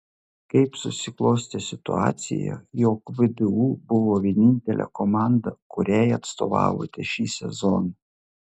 kaip susiklostė situacija jog vdu buvo vienintelė komanda kuriai atstovavote šį sezoną